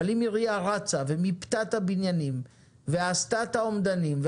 אבל אם עירייה רצה ומיפתה את הבניינים ועשתה את האומדנים,